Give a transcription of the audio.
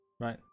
Right